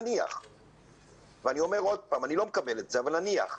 אני אומר עוד פעם, אני לא מקבל את זה, אבל נניח.